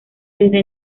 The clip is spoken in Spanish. desde